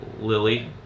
Lily